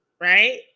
Right